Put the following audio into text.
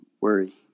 worry